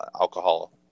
alcohol